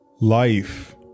Life